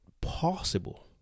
possible